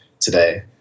today